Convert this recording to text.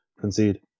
concede